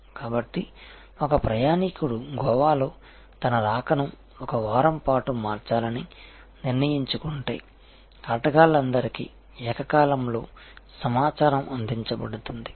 కాబట్టి ఒక ప్రయాణీకుడు గోవాలో తన రాకను ఒక వారం పాటు మార్చాలని నిర్ణయించుకుంటే ఆటగాళ్లందరికీ ఏకకాలంలో సమాచారం అందించబడుతుంది